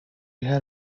had